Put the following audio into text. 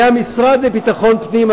מהמשרד לביטחון פנים,